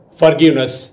forgiveness –